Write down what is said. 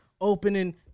opening